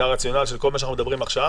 זה הרציונל של כל מה שאנחנו מדברים עכשיו.